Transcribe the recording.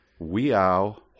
weow